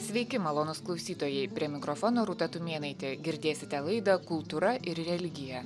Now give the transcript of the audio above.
sveiki malonūs klausytojai prie mikrofono rūta tumėnaitė girdėsite laida kultūra ir religija